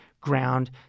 ground